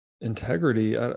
integrity